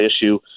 issue